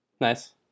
Nice